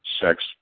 sex